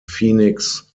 phoenix